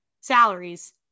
salaries